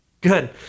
Good